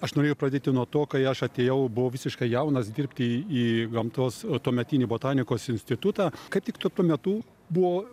aš norėjau pradėti nuo to kai aš atėjau buvau visiškai jaunas dirbti į gamtos o tuometinį botanikos institutą kaip tik tuo metu buvo